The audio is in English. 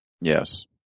Yes